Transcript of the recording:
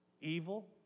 evil